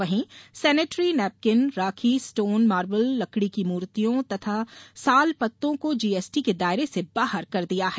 वहीं sanitary napkin rakhi stone marble लकड़ी की मूर्तियोँ तथा साल पत्तों को जीएसटी के दायरे से बाहर कर दिया है